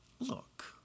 Look